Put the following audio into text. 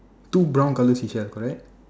to brown color seashell correct